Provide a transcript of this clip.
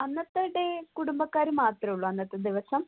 അന്നത്തെ ഡേ കുടുംബക്കാര് മാത്രെ ഉള്ളു അന്നത്തെ ദിവസം